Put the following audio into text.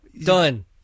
Done